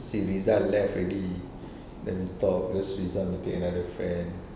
si liza left already then talk take another friend